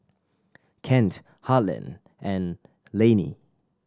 Kent Harland and Lanie